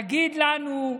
תגיד לנו,